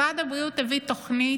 משרד הבריאות הביא תוכנית